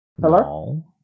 hello